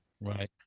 Right